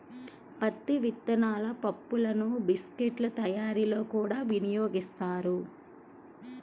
పత్తి విత్తనాల పప్పులను బిస్కెట్ల తయారీలో కూడా వినియోగిస్తారు